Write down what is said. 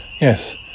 Yes